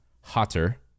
hotter